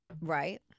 Right